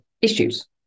issues